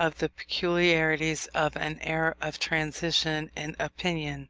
of the peculiarities of an era of transition in opinion,